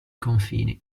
confini